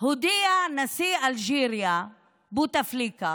חודשיים הודיע נשיא אלג'יריה בותפליקה